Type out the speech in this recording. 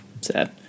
sad